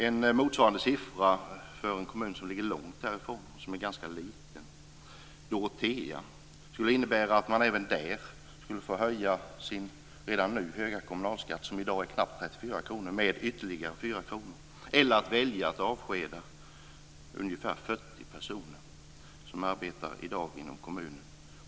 En motsvarande situation för en liten kommun som ligger långt härifrån, Dorotea, skulle innebära att man även där skulle få höja den redan nu höga kommunalskatten, knappt 34 kr, med ytterligare 4 kr eller välja att avskeda ungefär 40 personer som i dag arbetar inom kommunen.